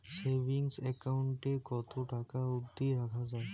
Savings account এ কতো টাকা অব্দি রাখা যায়?